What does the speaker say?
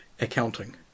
accounting